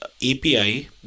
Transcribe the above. API